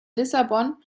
lissabon